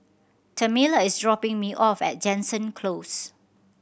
Tamela is dropping me off at Jansen Close